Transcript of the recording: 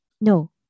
No